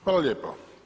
Hvala lijepo.